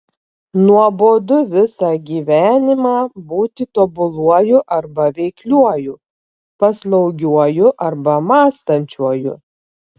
nuobodu visą gyvenimą būti tobuluoju arba veikliuoju paslaugiuoju arba mąstančiuoju